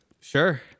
Sure